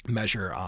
measure